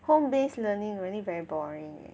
home based learning really very boring eh